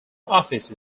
office